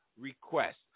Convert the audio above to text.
request